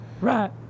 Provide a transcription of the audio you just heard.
Right